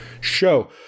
show